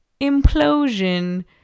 implosion